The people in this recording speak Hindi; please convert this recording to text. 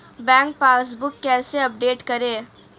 बैंक पासबुक कैसे अपडेट करें?